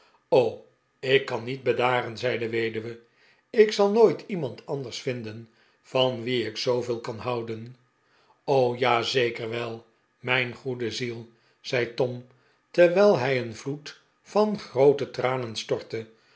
ik kan niet bedaren zei de weduwe ik zal nooit iemand anders vinden van wien ik zooveel kan houden ja zeker wel mijn goede ziel zei tom terwijl hij een vloed van groote tranen stortte